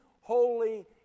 holy